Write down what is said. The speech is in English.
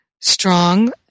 strong